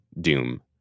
Doom